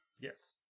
Yes